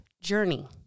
journey